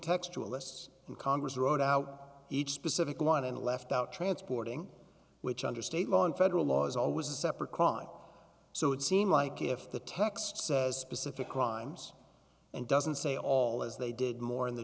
textualists and congress wrote out each specific line and left out transporting which under state law and federal law is always a separate crime so it seems like if the text says specific crimes and doesn't say all as they did more in the